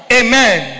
amen